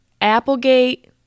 Applegate